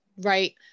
right